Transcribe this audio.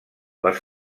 les